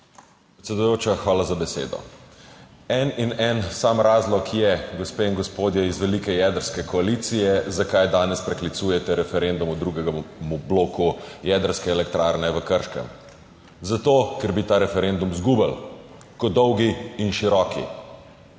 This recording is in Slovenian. Predsedujoča, hvala za besedo. In en sam razlog je, gospe in gospodje iz velike jedrske koalicije, zakaj danes preklicujete Referendum o drugem bloku jedrske elektrarne v Krškem? Zato, ker bi ta referendum izgubili kot dolgi in široki.